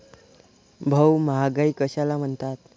भाऊ, महागाई कशाला म्हणतात?